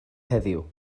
heddiw